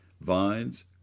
vines